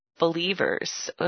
Believers